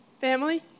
family